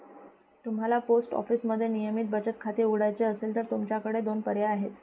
तुम्हाला पोस्ट ऑफिसमध्ये नियमित बचत खाते उघडायचे असेल तर तुमच्याकडे दोन पर्याय आहेत